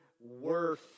worth